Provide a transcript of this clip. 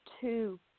two